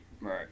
Right